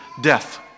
death